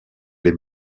les